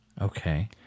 Okay